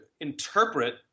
interpret